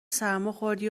سرماخوردی